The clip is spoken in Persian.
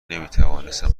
نمیتوانستم